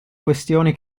questioni